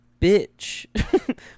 bitch